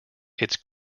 its